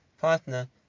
partner